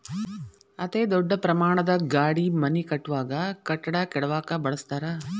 ಅತೇ ದೊಡ್ಡ ಪ್ರಮಾಣದ ಗಾಡಿ ಮನಿ ಕಟ್ಟುವಾಗ, ಕಟ್ಟಡಾ ಕೆಡವಾಕ ಬಳಸತಾರ